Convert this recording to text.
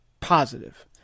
positive